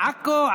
"עכו",